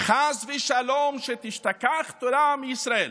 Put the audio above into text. "חס ושלום שתשתכח תורה מישראל,